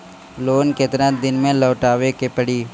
Loan केतना दिन में लौटावे के पड़ी?